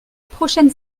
prochaine